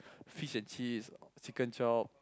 fish-and-chips chicken chop